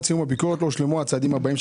סיום הביקורת לא הושלמו הצעדים הבאים,